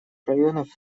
районов